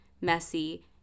messy